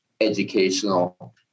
educational